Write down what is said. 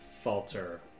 falter